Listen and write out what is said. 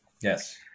Yes